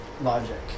logic